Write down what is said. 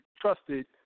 trusted